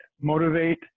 motivate